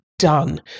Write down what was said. done